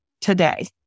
today